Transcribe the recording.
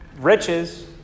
riches